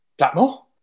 Blackmore